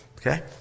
Okay